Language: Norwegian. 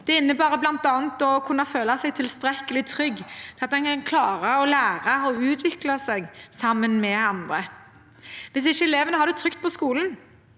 Det innebærer bl.a. å kunne føle seg tilstrekkelig trygg til at en kan klare å lære og utvikle seg sammen med andre. Hvis ikke elevene har det trygt på skolen,